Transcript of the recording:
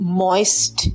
moist